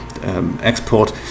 export